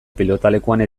pilotalekuetan